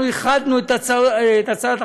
אנחנו איחדנו את הצעת החוק,